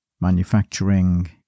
manufacturing